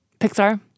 Pixar